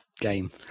game